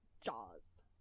Jaws